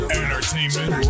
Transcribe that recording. entertainment